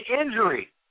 injury